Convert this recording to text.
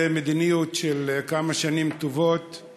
זה חלק ממדיניות של כמה שנים טובות,